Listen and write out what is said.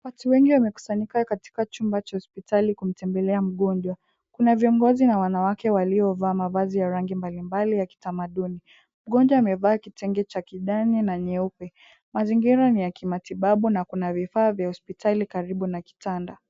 Wafu wengi wamekusanyika katika chumba cha hospitali kumtembelea mgonjwa. Kuna viongozi na wanawake waliovaa mavazi ya rangi mbalimbali ya kitamaduni. Mgonjwa amevaa kitenge cha kidani na nyeupe. Mazingira ni ya kimatibabu na kuna kuna vifaa vya hospitali karibu na kitanda.